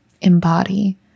embody